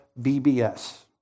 BBS